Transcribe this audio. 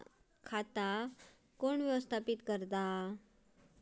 खाता कोण व्यवस्थापित करता?